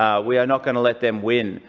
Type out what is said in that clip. um we are not going to let them win.